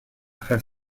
have